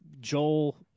Joel